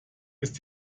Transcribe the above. ist